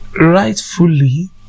rightfully